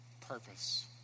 purpose